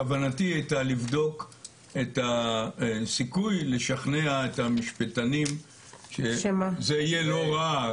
כוונתי הייתה לבדוק את הסיכוי לשכנע את המשפטנים שזה יהיה לא רע,